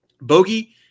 Bogey